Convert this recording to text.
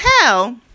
hell